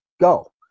go